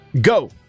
go